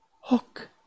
Hook